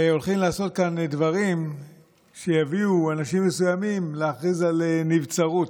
שהולכים לעשות כאן דברים שיביאו אנשים מסוימים להכריז על נבצרות?